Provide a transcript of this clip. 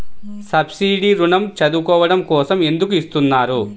Subsidy ఋణం చదువుకోవడం కోసం ఎందుకు ఇస్తున్నారు?